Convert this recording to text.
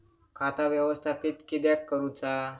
खाता व्यवस्थापित किद्यक करुचा?